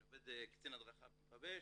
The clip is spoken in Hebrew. אני עובד כקצין הדרכה במכבי אש,